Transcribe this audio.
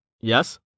yes